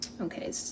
okay